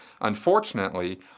unfortunately